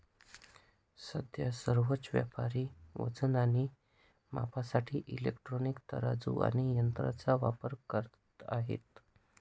सध्या सर्वच व्यापारी वजन आणि मापासाठी इलेक्ट्रॉनिक तराजू आणि यंत्रांचा वापर करत आहेत